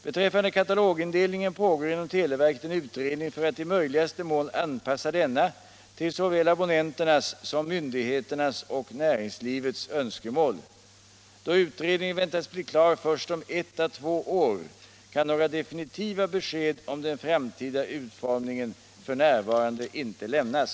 Beträffande katalogindelningen pågår inom televerket en utredning för att i möjligaste mån anpassa denna till såväl abonnenternas som myndigheternas och näringslivets önskemål. Då utredningen väntas bli klar först om ett å två år kan några definitiva besked om den framtida utforinningen f.n. inte lämnas.